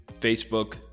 Facebook